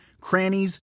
crannies